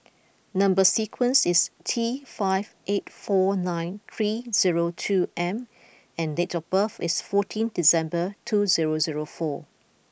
number sequence is T five eight four nine three zero two M and date of birth is fourteen December two zero zero four